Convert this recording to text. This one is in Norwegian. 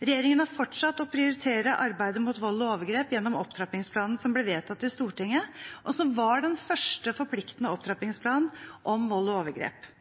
Regjeringen har fortsatt å prioritere arbeidet mot vold og overgrep gjennom opptrappingsplanen som ble vedtatt i Stortinget, og som var den første forpliktende opptrappingsplanen om vold og overgrep.